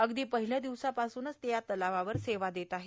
अगदी पहिल्या दिवसापासूनच ते या तलावावर सेवा देत आहे